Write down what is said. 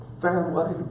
fairway